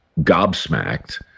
gobsmacked